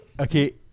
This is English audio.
Okay